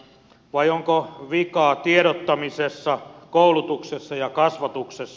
vai onko vikaa tiedottamisessa koulutuksessa ja kasvatuksessa